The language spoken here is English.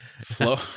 Flow